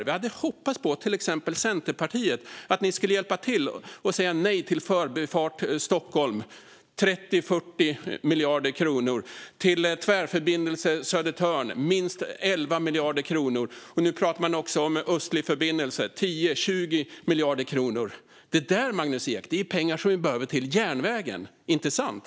Vi hade hoppats att till exempel Centerpartiet skulle hjälpa till att säga nej till Förbifart Stockholm för 30-40 miljarder kronor och till Tvärförbindelse Södertörn för minst 11 miljarder kronor. Nu pratar man också om Östlig förbindelse för 10-20 miljarder kronor. Det där, Magnus Ek, är pengar som vi behöver till järnvägen. Inte sant?